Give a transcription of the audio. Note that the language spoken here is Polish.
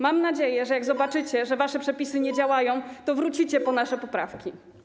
Mam nadzieję, że jak zobaczycie, że wasze przepisy nie działają, to wrócicie po nasze poprawki.